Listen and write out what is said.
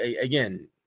again